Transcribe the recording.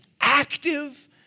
active